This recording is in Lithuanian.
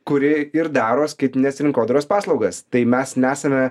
kuri ir daro skaitminės rinkodaros paslaugas tai mes nesame